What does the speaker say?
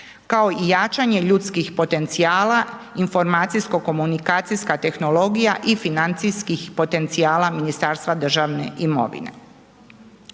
kao i jačanje ljudskih potencijala, informacijsko komunikacijska tehnologija i financijskih potencijala Ministarstva državne imovine.